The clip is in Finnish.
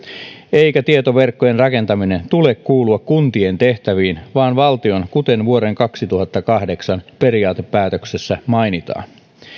eikä tietoverkkojen rakentamisen tule kuulua kuntien tehtäviin vaan valtion kuten vuoden kaksituhattakahdeksan periaatepäätöksessä mainitaan